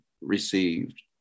received